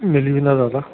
मिली वेंदा दादा